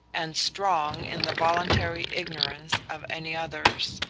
and strong in the voluntary ignorance of any others.